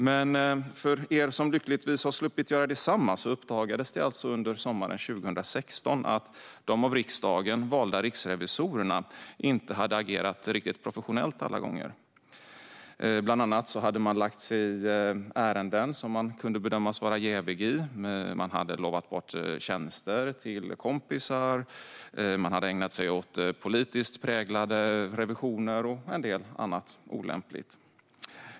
Men för er som lyckligtvis har sluppit att göra detsamma uppdagades det alltså under sommaren 2016 att de av riksdagen valda riksrevisorerna inte hade agerat riktigt professionellt alla gånger. Bland annat hade man lagt sig i ärenden där man kunde bedömas vara jävig. Man hade lovat bort tjänster till kompisar. Man hade ägnat sig åt politiskt präglade revisioner och en del annat olämpligt.